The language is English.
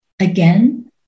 Again